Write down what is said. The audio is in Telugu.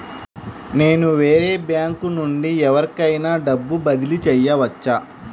నేను వేరే బ్యాంకు నుండి ఎవరికైనా డబ్బు బదిలీ చేయవచ్చా?